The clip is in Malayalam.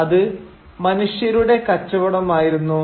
അത് മനുഷ്യരുടെ കച്ചവടം ആയിരുന്നു